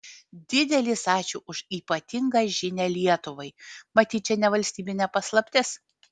didelis ačiū už ypatingą žinią lietuvai matyt čia ne valstybinė paslaptis